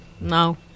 No